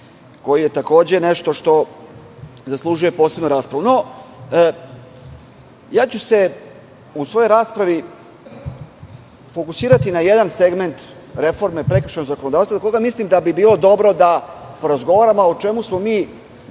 koji je takođe nešto što zaslužuje posebnu raspravu.U svojoj raspravi ću se fokusirati na jedan segment reforme prekršajnog zakonodavstva, za koga mislim da bi bilo dobro da porazgovaramo, a o čemu smo mi vrlo